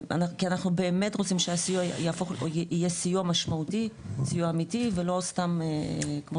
כי אנחנו באמת רוצים שהסיוע יהיה סיוע משמעותי ואמיתי ולא סתם כמו